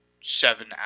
seven